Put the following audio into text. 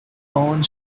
found